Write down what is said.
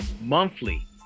monthly